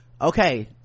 okay